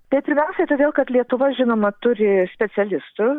tai pirmiausia todėl kad lietuva žinoma turi specialistų